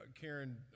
Karen